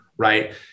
Right